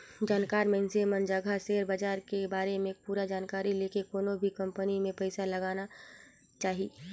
जानकार मइनसे मन जघा सेयर बाजार के बारे में पूरा जानकारी लेके कोनो भी कंपनी मे पइसा लगाना चाही